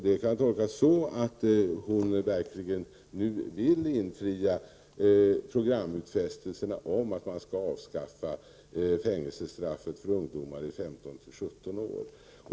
Det kan t.ex. tolkas så, att hon nu verkligen vill infria programutfästelserna om ett avskaffande av fängelsestraff för ungdomar i åldern 15-17 år.